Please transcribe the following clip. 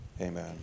Amen